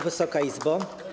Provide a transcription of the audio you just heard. Wysoka Izbo!